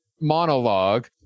monologue